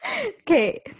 Okay